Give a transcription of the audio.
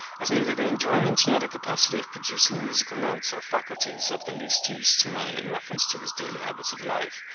as neither the enjoyment nor the capacity of producing musical notes are faculties of the least use to man in reference to his daily habits of life,